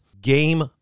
Game